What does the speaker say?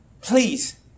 please